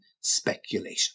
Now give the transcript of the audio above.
speculation